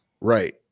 right